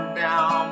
down